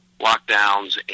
lockdowns